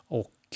och